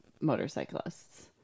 motorcyclists